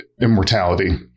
immortality